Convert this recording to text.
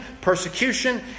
persecution